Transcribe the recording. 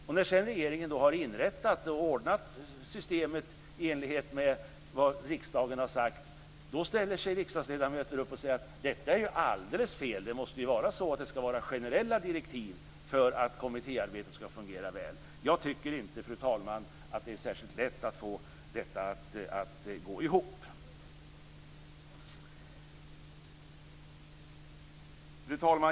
Och när sedan regeringen har inrättat och ordnat systemet i enlighet med vad riksdagen har sagt, då ställer sig riksdagsledamöter upp och säger: Detta är ju alldeles fel. Det måste ju vara så att det skall vara generella direktiv för att kommittéarbetet skall fungera väl. Jag tycker inte, fru talman, att det är särskilt lätt att få detta att gå ihop. Fru talman!